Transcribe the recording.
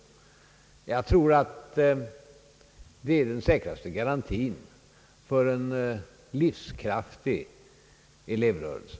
Jag tror att det är den säkraste garantin för en livskraftig elevrörelse.